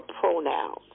Pronouns